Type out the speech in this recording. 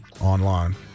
online